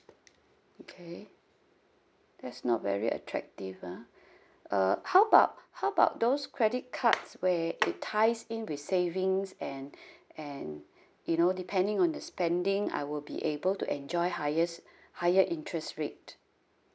okay that's not very attractive ah uh how about how about those credit cards where it ties in with savings and and you know depending on the spending I will be able to enjoy highest higher interest rate